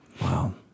Wow